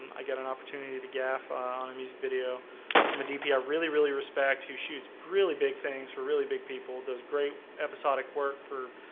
um i got an opportunity to gap on a music video from a dp i really really respect who shoots really big things for really big people those great episodic work for